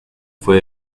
fue